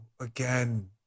Again